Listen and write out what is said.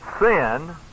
sin